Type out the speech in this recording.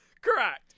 Correct